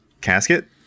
casket